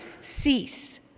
cease